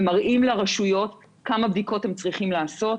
ומראים לרשויות כמה בדיקות הם צריכים לעשות.